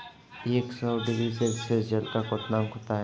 एक सौ degree Celsius जल का क्वथनांक होता है